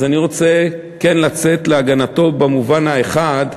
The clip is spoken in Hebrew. אז אני רוצה כן לצאת להגנתו במובן האחד,